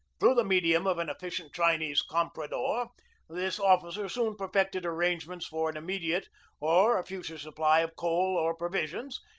through the medium of an efficient chinese compra dor this officer soon perfected arrangements for an immediate or a future supply of coal or provisions,